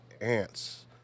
ants